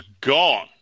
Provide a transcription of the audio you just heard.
gone